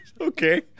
Okay